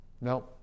no